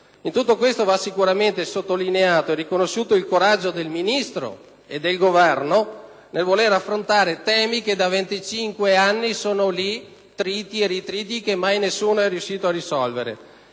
In tutto questo, va sicuramente sottolineato e riconosciuto il coraggio del Ministro e del Governo nel volere affrontare temi che da venticinque anni sono lì, triti e ritriti, e che mai nessuno è riuscito a risolvere.